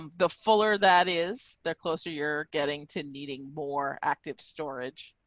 um the fuller that is there closer, you're getting to needing more active storage.